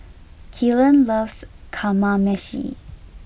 Kylan loves Kamameshi